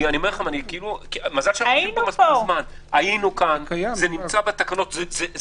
היינו כאן, זה נמצא בתקנות.